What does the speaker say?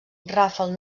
rafal